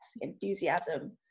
enthusiasm